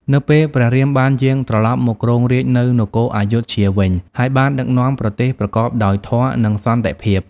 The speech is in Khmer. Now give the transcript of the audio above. នៅពេលព្រះរាមបានយាងត្រឡប់មកគ្រងរាជ្យនៅនគរអយុធ្យាវិញ ហើយបានដឹកនាំប្រទេសប្រកបដោយធម៌ និងសន្តិភាព ។